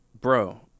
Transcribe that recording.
bro